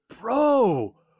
bro